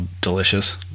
delicious